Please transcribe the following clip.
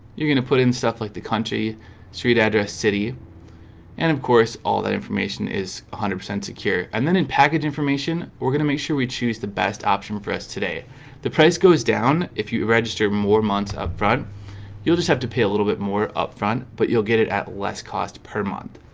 you're going to put in stuff like the country street address city and of course all that information is hundred percent secure and then in package information we're going to make sure we choose the best option for us today the price goes down if you register more months upfront you'll just have to pay a little bit more upfront but you'll get it at less cost per month